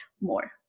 more